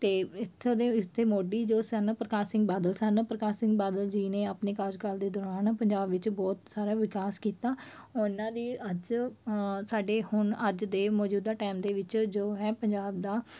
ਅਤੇ ਇੱਥੋਂ ਦੇ ਇਸਦੇ ਮੋਢੀ ਜੋ ਸਨ ਪ੍ਰਕਾਸ਼ ਸਿੰਘ ਬਾਦਲ ਸਨ ਪ੍ਰਕਾਸ਼ ਸਿੰਘ ਬਾਦਲ ਜੀ ਨੇ ਆਪਣੇ ਕਾਰਜਕਾਲ ਦੇ ਦੌਰਾਨ ਪੰਜਾਬ ਵਿੱਚ ਬਹੁਤ ਸਾਰਾ ਵਿਕਾਸ ਕੀਤਾ ਉਹਨਾਂ ਦੀ ਅੱਜ ਸਾਡੇ ਹੁਣ ਅੱਜ ਦੇ ਮੌਜੂਦਾ ਟਾਈਮ ਦੇ ਵਿੱਚ ਜੋ ਹੈ ਪੰਜਾਬ ਦਾ